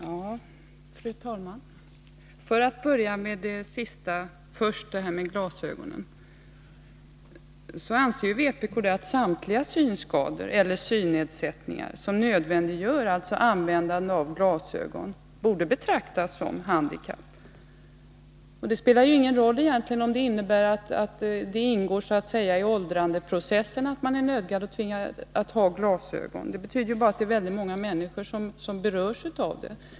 Fru talman! För att börja med det sista, frågan om glasögon, vill jag säga att vpk anser att samtliga synskador eller synnedsättningar som nödvändiggör användandet av glasögon borde betraktas som handikapp. Det spelar egentligen ingen roll om detta att man nödgas använda glasögon ingår i åldrandeprocessen — det betyder ju bara att det är väldigt många människor som är berörda.